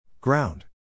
Ground